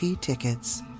tickets